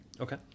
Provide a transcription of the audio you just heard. Okay